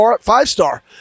five-star